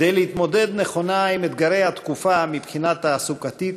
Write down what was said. כדי להתמודד נכונה עם אתגרי התקופה מבחינה תעסוקתית,